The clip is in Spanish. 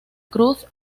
cruz